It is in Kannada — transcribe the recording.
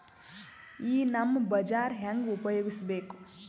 ಈ ನಮ್ ಬಜಾರ ಹೆಂಗ ಉಪಯೋಗಿಸಬೇಕು?